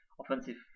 offensive